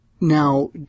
Now